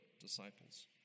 disciples